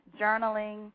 journaling